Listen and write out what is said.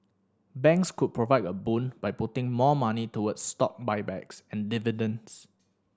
banks could provide a boon by putting more money toward stock buybacks and dividends